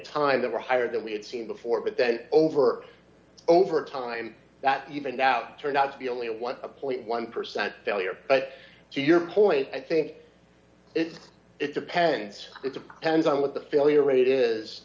were higher than we had seen before but then over over time that even doubt turned out to be only a one point one percent failure but to your point i think it's it depends it depends on what the failure rate is